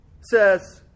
says